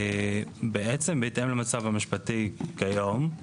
בעצם, בהתאם למצב המשפטי כיום,